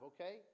okay